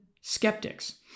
skeptics